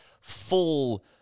full